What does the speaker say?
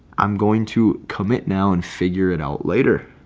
i'm going to commit now and figure it out later.